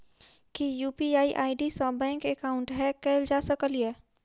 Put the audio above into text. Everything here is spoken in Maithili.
की यु.पी.आई आई.डी सऽ बैंक एकाउंट हैक कैल जा सकलिये?